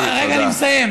מספרים